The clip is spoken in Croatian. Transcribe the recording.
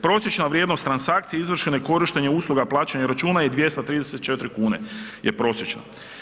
Prosječna vrijednost transakcija izvršene korištenjem usluga plaćanja računa je 234,00 kn je prosječna.